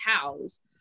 cows